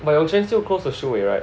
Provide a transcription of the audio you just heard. but Yong Chen still close to Shu Wei right